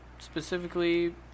specifically